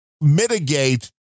mitigate